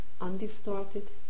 undistorted